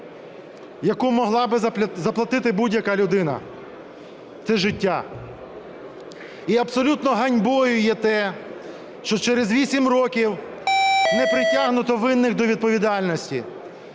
яку могла би заплатити будь-яка людина, – це життя. І абсолютно ганьбою є те, що через 8 років не притягнуто винних до відповідальності,